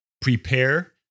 Prepare